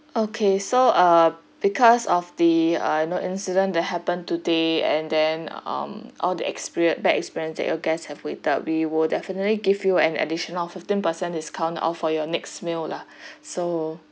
okay so uh because of the uh you know incident that happen today and then um on the experience bad experience that your guests have with the we will definitely give you an additional fifteen percent discount off for your next meal lah so